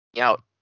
out